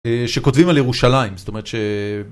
שכותבים על ירושלים, זאת אומרת ש...